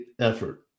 effort